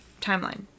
timeline